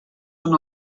són